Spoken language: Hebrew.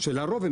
שלרוב הם